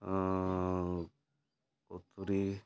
କତୁରୀ